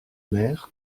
mer